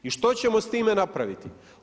I što ćemo s time napraviti?